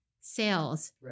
sales